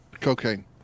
cocaine